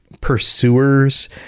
pursuers